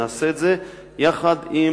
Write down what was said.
נעשה את זה יחד עם